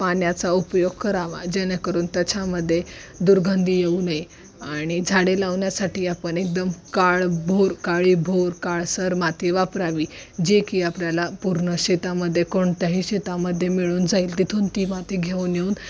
पाण्याचा उपयोग करावा जेणेकरून त्याच्यामध्ये दुर्गंधी येऊ नये आणि झाडे लावण्यासाठी आपण एकदम काळी भोर काळी भोर काळसर माती वापरावी जे की आपल्याला पूर्ण शेतामध्ये कोणत्याही शेतामध्ये मिळून जाईल तिथून ती माती घेऊन येऊन